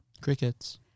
Crickets